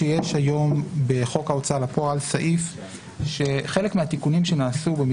יש סעיף שמקנה לרשות האכיפה והגבייה את הסמכות לדרוש